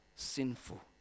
sinful